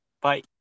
bye